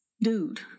dude